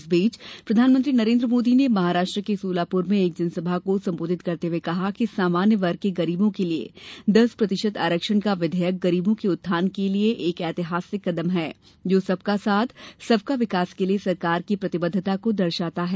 इस बीच प्रधानमंत्री नरेन्द्र मोदी ने महाराष्ट्र के सोलापूर में एक जनसभा को संबोधित करते हुए कहा कि सामान्य वर्ग के गरीबों के लिए दस प्रतिशत आरक्षण का विधेयक गरीबों के उत्थान के लिए एक एतिहासिक कदम है जो सबका साथ सबका विकास के लिए सरकार की प्रतिबद्धता को दर्शाता है